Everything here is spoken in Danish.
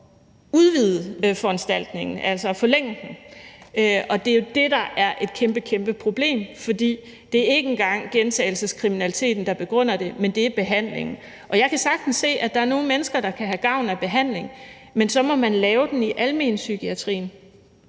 forlænge foranstaltningen. Og det er jo det, der er et kæmpe, kæmpe problem, for det er ikke engang gentagelseskriminaliteten, der begrunder det, men det er behandlingen. Jeg kan sagtens se, at der er nogle mennesker, der kan have gavn af behandling, men så må man lave den i almenpsykiatrien.